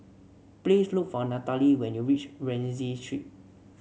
please look for Nathalie when you reach Rienzi Street